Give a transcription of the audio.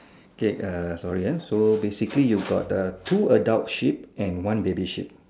okay sorry so basically you've got two adult sheep and one baby sheep